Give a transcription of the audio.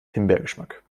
himbeergeschmack